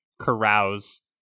carouse